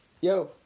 Yo